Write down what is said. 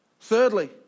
Thirdly